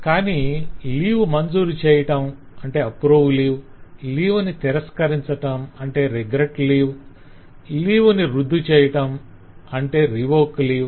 కాని లీవ్ మంజూరు చేయటం 'approve leave' లీవ్ ను తిరస్కరించటం 'regret leave' లీవ్ ను రద్దు చేయటం 'revoke leave'